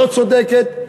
לא צודקת,